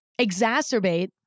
exacerbate